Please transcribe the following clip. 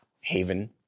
Haven